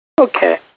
Okay